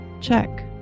check